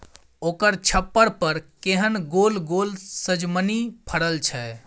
ओकर छप्पर पर केहन गोल गोल सजमनि फड़ल छै